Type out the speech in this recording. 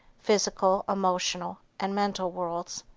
physical, emotional and mental worlds.